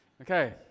Okay